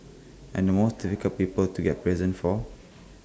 and the most difficult people to get presents for